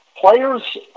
players